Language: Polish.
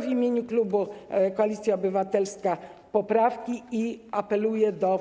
W imieniu klubu Koalicja Obywatelska składam poprawki i apeluję do